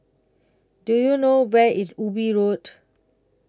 Do YOU know Where IS Ubi Road